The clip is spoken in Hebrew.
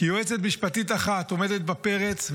כי יועצת משפטית אחת עומדת בפרץ,